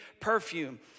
perfume